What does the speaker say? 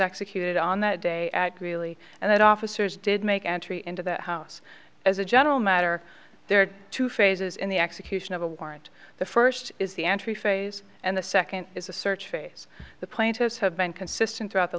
executed on that day really and that officers did make entry into that house as a general matter there are two phases in the execution of a warrant the first is the entry phase and the second is a search face the plaintiffs have been consistent throughout the